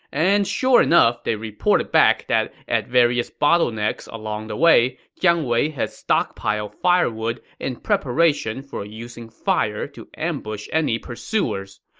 and sure enough, they reported back that at various bottlenecks along the way, jiang wei had stockpiled firewood in preparation for using fire to ambush any pursuers.